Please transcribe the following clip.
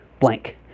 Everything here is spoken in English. blank